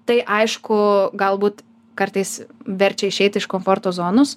tai aišku galbūt kartais verčia išeit iš komforto zonos